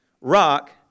Rock